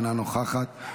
אינה נוכחת,